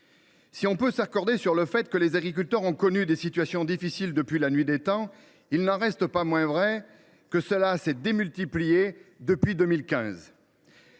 Si l’on peut s’accorder sur le fait que les agriculteurs ont connu des situations difficiles depuis la nuit des temps, il n’en reste pas moins vrai que cela s’est démultiplié depuis 2015.